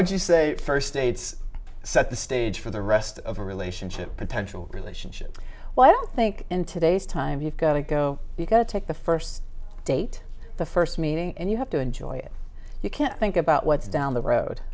would you say first dates set the stage for the rest of a relationship potential relationship well i don't think in today's times you've got to go you've got to take the first date the first meeting and you have to enjoy it you can't think about what's down the road